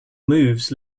moves